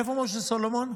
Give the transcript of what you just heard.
איפה משה סולומון?